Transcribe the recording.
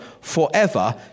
forever